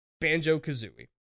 Banjo-Kazooie